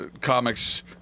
comics